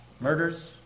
murders